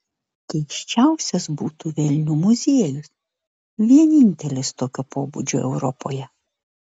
keisčiausias būtų velnių muziejus vienintelis tokio pobūdžio europoje